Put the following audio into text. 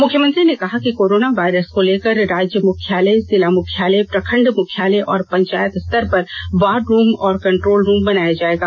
मुख्यमंत्री ने कहा कि कोरोना वायरस को लेकर राज्य मुख्यालय जिला मुख्यालय प्रखंड मुख्यालय और पंचायत स्तर पर वार रूम और कंट्रोल रूम बनाया जाएगा